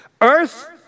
Earth